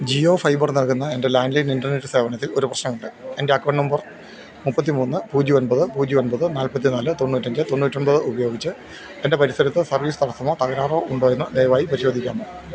Jio fibre നൽകുന്ന എന്റെ landline internet സേവനത്തിൽ ഒരു പ്രശ്നമുണ്ട് എന്റെ അക്കൌണ്ട് നമ്പർ മുപ്പത്തിമൂന്ന് പൂജ്യം ഒന്പത് പൂജ്യം ഒന്പത് നാല്പ്പത്തിനാല് തൊണ്ണൂറ്റഞ്ച് തൊണ്ണൂറ്റൊമ്പത് ഉപയോഗിച്ച് എന്റെ പരിസരത്ത് സർവീസ് തടസ്സമോ തകരാറോ ഉണ്ടോ എന്ന് ദയവായി പരിശോധിക്കാമോ